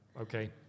Okay